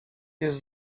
jest